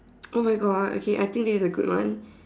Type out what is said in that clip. oh my God okay I think this is a good one